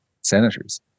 senators